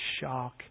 shock